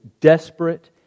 desperate